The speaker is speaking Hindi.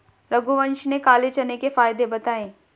रघुवंश ने काले चने के फ़ायदे बताएँ